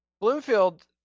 Bloomfield